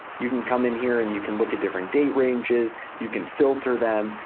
you can come in here and you can look at different date ranges, you can filter them,